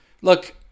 Look